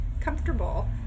comfortable